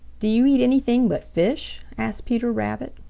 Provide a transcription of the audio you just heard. do you eat anything but fish? asked peter rabbit.